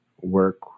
work